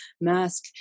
mask